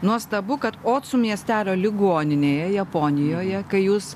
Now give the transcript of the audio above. nuostabu kad otsu miestelio ligoninėje japonijoje kai jūs